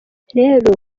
rero